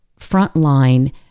frontline